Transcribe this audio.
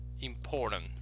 important